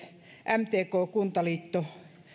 mtk kuntaliitto